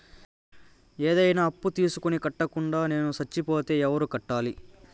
ఏదైనా అప్పు తీసుకొని కట్టకుండా నేను సచ్చిపోతే ఎవరు కట్టాలి?